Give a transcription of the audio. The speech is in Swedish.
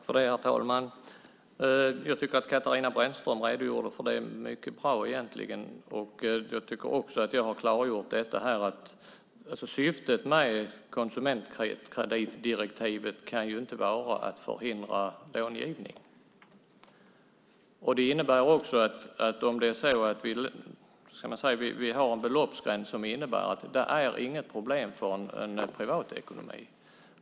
Herr talman! Jag tycker att Katarina Brännström redogjorde för det bra. Jag tycker också att jag har klargjort att syftet med konsumentkreditdirektivet inte kan vara att förhindra långivning. Vi har en beloppsgräns som innebär att detta inte är något problem för en privatekonomi.